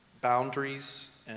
boundaries